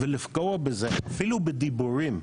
ולפגוע בזה, אפילו בדיבורים,